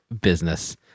business